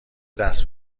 دست